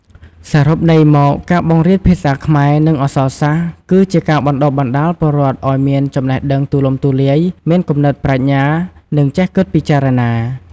សរុបន័យមក ការបង្រៀនភាសាខ្មែរ និងអក្សរសាស្ត្រ គឺជាការបណ្ដុះបណ្ដាលពលរដ្ឋឱ្យមានចំណេះដឹងទូលំទូលាយ មានគំនិតប្រាជ្ញា និងចេះគិតពិចារណា។